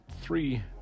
three